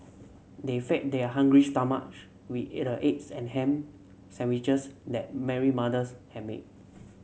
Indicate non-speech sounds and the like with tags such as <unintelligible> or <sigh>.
they fed their hungry stomach with <unintelligible> a eggs and ham sandwiches that Mary mothers had made